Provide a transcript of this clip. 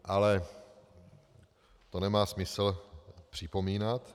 Ale to nemá smysl připomínat.